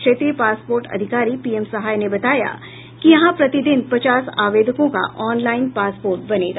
क्षेत्रीय पासपोर्ट अधिकारी पीएम सहाय ने बताया कि यहां प्रति दिन पचास आवेदकों का ऑनलाईन पासपोर्ट बनेगा